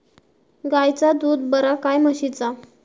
गायचा दूध बरा काय म्हशीचा?